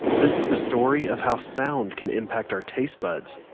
this is the story of how sound can impact our taste buds